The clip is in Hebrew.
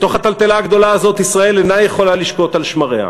בתוך הטלטלה הזאת ישראל אינה יכולה לשקוט על שמריה.